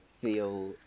feel